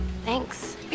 Thanks